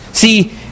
See